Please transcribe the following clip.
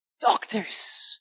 Doctors